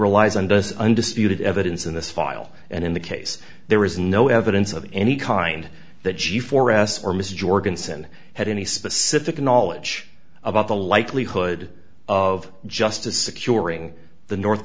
relies on does undisputed evidence in this file and in the case there is no evidence of any kind that chief or s or mr jorgensen had any specific knowledge about the likelihood of justice securing the north